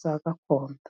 za gakondo.